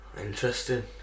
Interesting